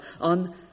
on